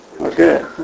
Okay